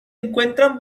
encuentran